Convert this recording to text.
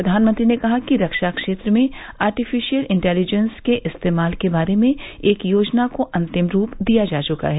प्रधानमंत्री ने कहा कि रक्षा क्षेत्र में आर्टिफिशियल इंटेलिजेंटस के इस्तेमाल के बारे में एक योजना को अंतिम रूप दिया जा चुका है